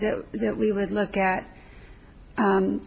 that we would look at